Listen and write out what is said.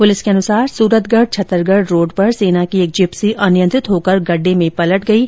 police के अनुसार Suratgarh Chhatargarh road पर सेना की एक जिप्सी अनियंत्रित होकर गड्डे में पलट गयी